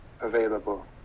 available